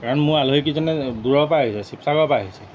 কাৰণ মোৰ আলহীকেইজনে দূৰৰ পৰা আহিছে শিৱসাগৰ পৰা আহিছে